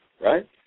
right